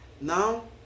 Now